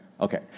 Okay